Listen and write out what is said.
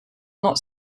not